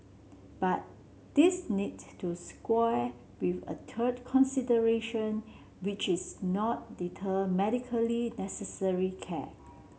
but this need to square with a third consideration which is not deter medically necessary care